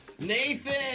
Nathan